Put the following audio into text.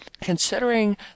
considering